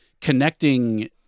connecting